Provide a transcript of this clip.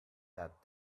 that